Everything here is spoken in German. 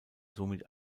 somit